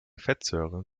fettsäuren